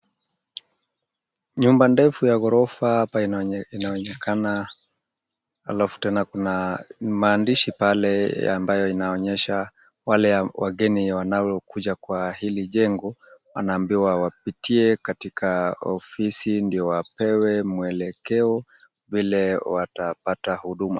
Nyumba ndefu ya ghorofa hapa inaonekana halafu tena kuna maandishi pale ambayo inaonyesha wale wageni wanaokuja kwa hili jengo wanaambiwa wapitie katika ofisi ndio wapewe mwelekeo vile watapata huduma.